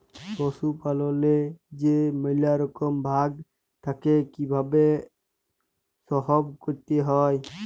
পশুপাললেল্লে যে ম্যালা রকম ভাগ থ্যাকে কিভাবে সহব ক্যরতে হয়